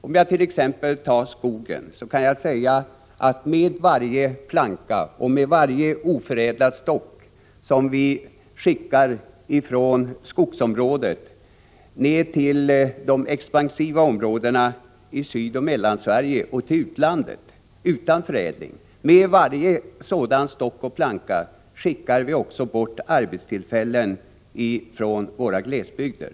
Om jag tar skogen som exempel kan jag säga att med varje planka och varje oförädlad stock som vi skickar från skogsområdena ner till de expansiva områdena i Sydoch Mellansverige och till utlandet utan förädling, med varje sådan stock och planka skickar vi också bort arbetstillfällen från våra glesbygder.